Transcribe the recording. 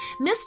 Mr